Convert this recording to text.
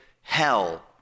hell